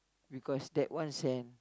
because that one cent